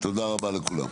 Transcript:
תודה רבה לכולם.